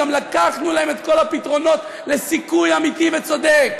גם לקחנו להם את כל הפתרונות לסיכוי אמיתי וצודק.